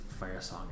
Firesong